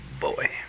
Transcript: boy